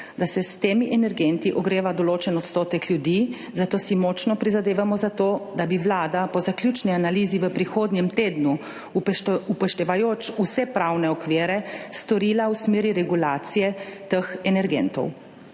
da se s temi energenti ogreva določen odstotek ljudi, zato si močno prizadevamo za to, da bi vlada po zaključni analizi v prihodnjem tednu, upoštevajoč vse pravne okvire, [delovala] v smeri regulacije teh energentov.